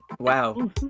wow